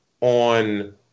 on